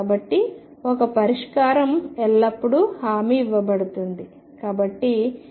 కాబట్టి ఒక పరిష్కారం ఎల్లప్పుడూ హామీ ఇవ్వబడుతుంది